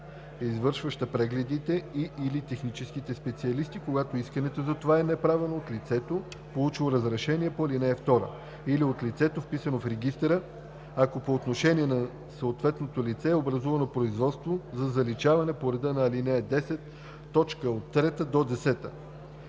извършваща прегледите и/или техническите специалисти, когато искането за това е направено от лицето, получило разрешение по ал. 2 или от лицето, вписано в регистъра, ако по отношение на съответното лице е образувано производство за заличаване по реда на ал. 10, т. 3 – 10.“